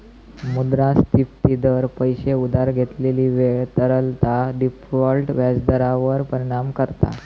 मुद्रास्फिती दर, पैशे उधार घेतलेली वेळ, तरलता, डिफॉल्ट व्याज दरांवर परिणाम करता